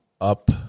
up